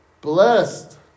Blessed